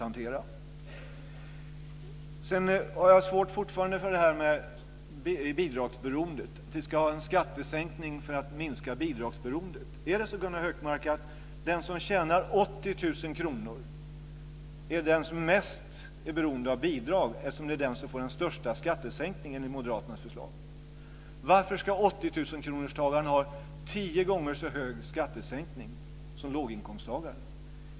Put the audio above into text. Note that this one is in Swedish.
Sedan har jag fortfarande svårt för det här med bidragsberoendet, att vi ska ha en skattesänkning för att minska bidragsberoendet. Är det så, Gunnar Hökmark, att den som tjänar 80 000 kr är den som är mest beroende av bidrag? Det är ju den som får den största skattesänkningen i moderaternas förslag. Varför ska de med inkomster på 80 000 kr ha tio gånger så hög skattesänkning som låginkomsttagare?